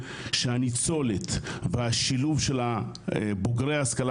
שהניצולת והשילוב של בוגרי ההשכלה